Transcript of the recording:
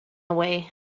away